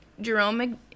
Jerome